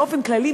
באופן כללי,